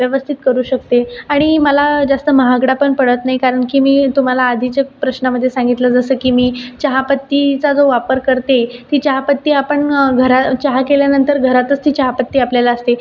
व्यवस्थित करू शकते आणि मला जास्त महागडा पण पडत नाही कारण की मी तुम्हाला आधीच्याच प्रश्नामध्ये सांगितलं जसं की मी चहा पत्तीचा जो वापर करते ती चहापत्ती आपण घरा चहा केल्यानंतर घरातच ती चहापत्ती आपल्याला असते